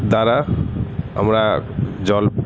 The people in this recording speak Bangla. দ্বারা আমরা জল